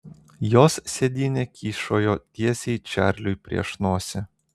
jos sėdynė kyšojo tiesiai čarliui prieš nosį